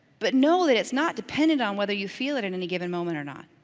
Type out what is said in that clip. but know that it's not dependent on whether you feel it in any given moment or not.